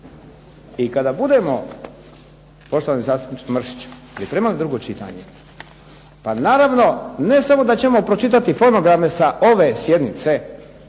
I kada budemo poštovani zastupniče Mršić pripremali drugo čitanje pa naravno ne samo da ćemo pročitati fonograme sa ove sjednice